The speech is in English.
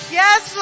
yes